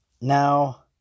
Now